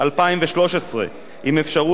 עם אפשרות הארכה לתקופות נוספות,